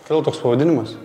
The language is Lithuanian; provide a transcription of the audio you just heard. kodėl toks pavadinimas